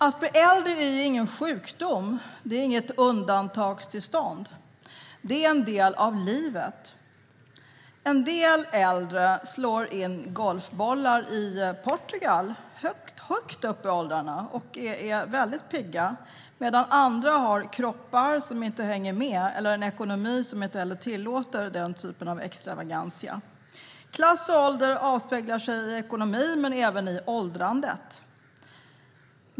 Att bli äldre är ingen sjukdom, inget undantagstillstånd, utan en del av livet. En del äldre slår in golfbollar i Portugal högt upp i åldern och är väldigt pigga, medan andra har kroppar som inte hänger med eller en ekonomi som inte heller tillåter den typen av extravagans. Klass och ålder avspeglar sig i ekonomi men även i åldrandet.